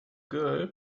girl